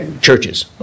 churches